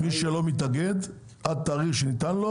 מי שלא מתאגד עד תאריך שניתן לו